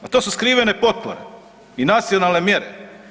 Pa to su skrivene potpore i nacionalne mjere.